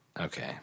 Okay